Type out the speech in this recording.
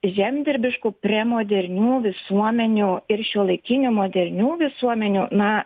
žemdirbiškų prie modernių visuomenių ir šiuolaikinių modernių visuomenių na